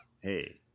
hey